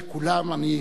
אני הזכרתי את כל,